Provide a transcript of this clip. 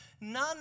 none